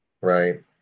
Right